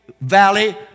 valley